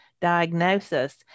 diagnosis